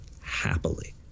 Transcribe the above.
happily